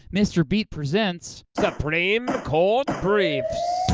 mr. beat presents supreme court briefs